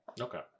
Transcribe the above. Okay